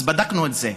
אז בדקנו את זה.